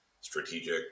strategic